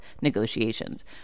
negotiations